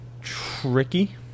tricky